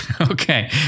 Okay